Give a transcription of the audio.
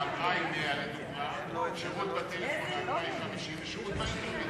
לדוגמה, שירות בטלפון ושירות באינטרנט.